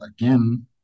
again